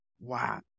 Wow